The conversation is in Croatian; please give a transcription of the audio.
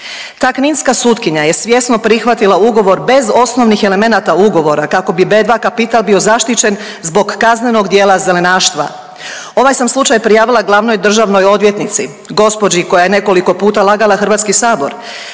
Ta kninska sutkinja je svjesno prihvatila ugovor bez osnovnih elemenata ugovora kako B2 Kapital bio zaštićen zbog kaznenog djela zelenaštva. Ovaj sam slučaj prijavili glavnoj državnoj odvjetnici, gospođi koja je nekoliko puta lagala Hrvatski sabor,